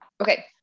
Okay